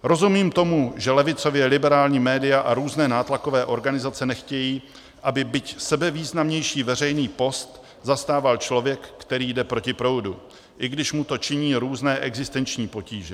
Rozumím tomu, že levicově liberální média a různé nátlakové organizace nechtějí, aby byť sebevýznamnější veřejný post zastával člověk, který jde proti proudu, i když mu to činí různé existenční potíže.